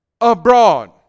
abroad